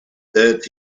that